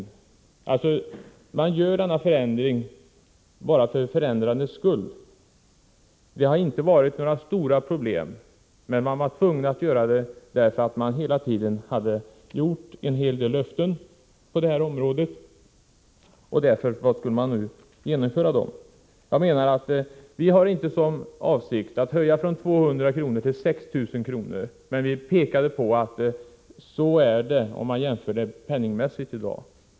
Socialdemokraterna gör denna förändring bara för förändrandets egen skull. Det har inte varit några större problem, men socialdemokraterna är tvunga att föreslå ett återinförande av 200-kronorsregeln därför att de hela tiden har ställt ut många löften på detta område. Nu skall löftena infrias. Vi har inte för avsikt att höja gränsen från 200 kr. till 6 000 kr., men vi pekade på att relationen är sådan om man i dag gör en penningmässig jämförelse.